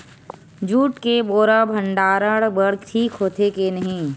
Jute के बोरा भंडारण बर ठीक होथे के नहीं?